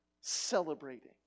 celebrating